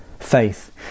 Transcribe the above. faith